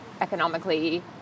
economically